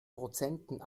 prozenten